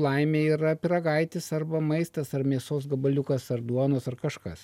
laimė yra pyragaitis arba maistas ar mėsos gabaliukas ar duonos ar kažkas